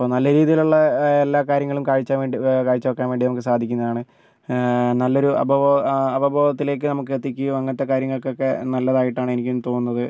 അപ്പോൾ നല്ല രീതിയിലുള്ള എല്ലാ കാര്യങ്ങളും കാഴ്ച്ച വേണ്ടി കാഴ്ച വെക്കാൻ വേണ്ടി സാധിക്കുന്നതാണ് നല്ലൊരു അപ അപബോധത്തിലേക്ക് നമുക്ക് എത്തിക്കുകയും അങ്ങനത്തെ കാര്യങ്ങൾക്ക് ഒക്കെ നല്ലതായിട്ടാണ് എനിക്കും തോന്നുന്നത്